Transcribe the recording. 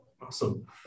Awesome